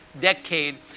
decade